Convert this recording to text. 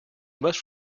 must